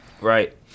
Right